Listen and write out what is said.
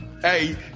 Hey